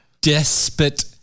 despot